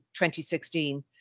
2016